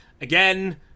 again